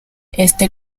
este